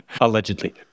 Allegedly